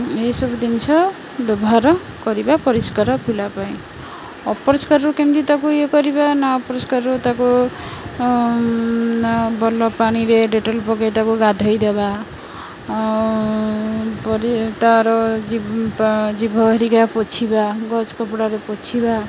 ଏହିସବୁ ଜିନିଷ ବ୍ୟବହାର କରିବା ପରିଷ୍କାର ପିଲା ପାଇଁ ଅପରିଷ୍କାରରୁ କେମିତି ତାକୁ ଇଏ କରିବା ନା ଅପରିଷ୍କାରରୁ ତାକୁ ଭଲ ପାଣିରେ ଡେଟଲ୍ ପକାଇ ତାକୁ ଗାଧେଇଦବା ପରେ ତା'ର ଜିଭ୍ ଜିଭ ହେରିକା ପୋଛିବା ଗଜ କପଡ଼ାରେ ପୋଛିବା